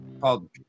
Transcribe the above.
called